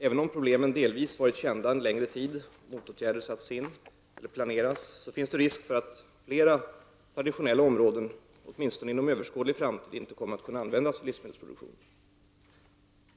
Även om problemen delvis varit kända en längre tid och motåtgärder satts in eller planeras, finns risk för att flera traditionella områden, åtminstone inom överskådlig framtid, inte kommer att kunna användas för livsmedelsproduktion.